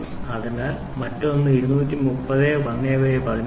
upper tolerance അതിനാൽ മറ്റൊന്ന് 230 മുതൽ 1 ബൈ 100000 വരെ 0